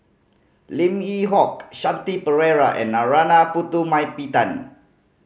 Lim Yew Hock Shanti Pereira and Narana Putumaippittan